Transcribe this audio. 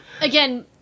again